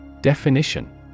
Definition